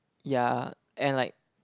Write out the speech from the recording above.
ya and like